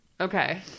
Okay